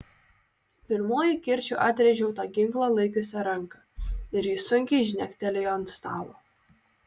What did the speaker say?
pirmuoju kirčiu atrėžiau tą ginklą laikiusią ranką ir ji sunkiai žnektelėjo ant stalo